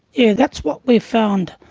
yeah that's what we've found.